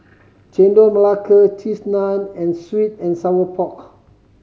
Chendol Melaka Cheese Naan and sweet and sour pork